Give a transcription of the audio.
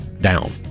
Down